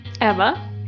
Emma